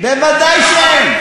ודאי שאין.